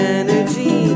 energy